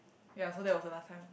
ya so that was the last time